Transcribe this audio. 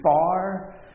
far